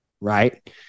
Right